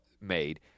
made